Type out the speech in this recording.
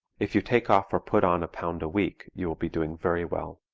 if you take off or put on a pound a week you will be doing very well.